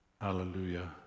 Hallelujah